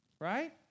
right